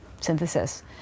synthesis